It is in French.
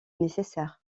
nécessaire